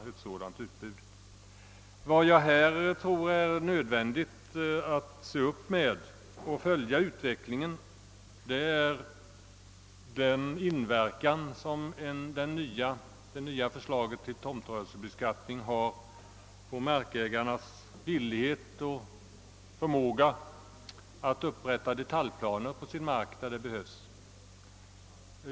Men jag tror att det är nödvändigt att följa utvecklingen här med hänsyn till den inverkan som det nya förslaget till tomtrörelsebeskattning har på markägarnas villighet att upprätta detaljplaner där det behövs.